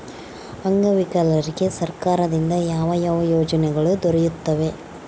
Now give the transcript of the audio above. ಅಂಗವಿಕಲರಿಗೆ ಸರ್ಕಾರದಿಂದ ಯಾವ ಯಾವ ಯೋಜನೆಗಳು ದೊರೆಯುತ್ತವೆ?